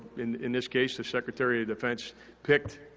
in in this case, the secretary of defense picked